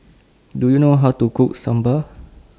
Do YOU know How to Cook Sambar